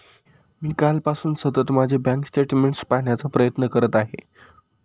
मी कालपासून सतत माझे बँक स्टेटमेंट्स पाहण्याचा प्रयत्न करत आहे